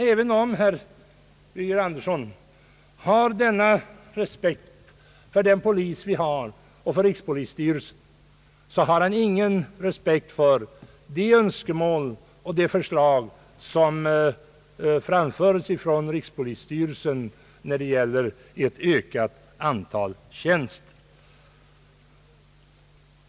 Även om herr Birger Andersson har en sådan respekt för vårt polisväsende och för rikspolisstyrelsen, har han ingen respekt för de önskemål och de förslag som har framförts av rikspolisstyrelsen om ett ökat antal tjänster.